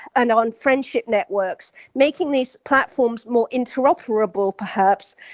and on friendship networks, making these platforms more interoperable, perhaps.